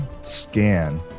scan